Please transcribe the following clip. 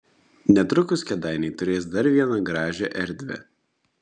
netrukus kėdainiai turės dar vieną gražią erdvę